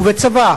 ובצבא,